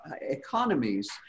economies